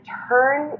turn